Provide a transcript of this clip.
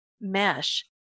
mesh